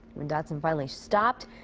when dotson finally stopped.